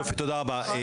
יופי, תודה רבה.